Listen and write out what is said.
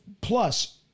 plus